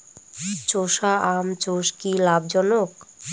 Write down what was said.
চোষা আম চাষ কি লাভজনক?